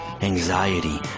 anxiety